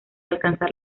alcanzar